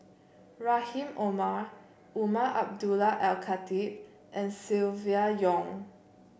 Rahim Omar Umar Abdullah Al Khatib and Silvia Yong